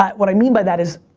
what i mean by that is,